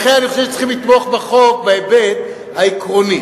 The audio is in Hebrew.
לכן אני חושב שצריך לתמוך בחוק בהיבט העקרוני,